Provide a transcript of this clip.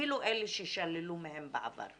אפילו אלה ששללו מהם בעבר.